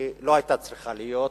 שלא היתה צריכה להיות.